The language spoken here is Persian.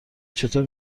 چطور